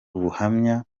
ubuhamya